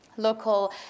local